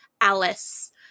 alice